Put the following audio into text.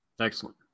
Excellent